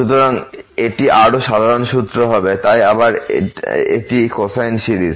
সুতরাং এটি আরো সাধারণ সূত্র হবে তাই আবার এটি কোসাইন সিরিজ